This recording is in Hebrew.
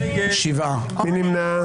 מי נמנע?